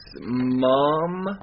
mom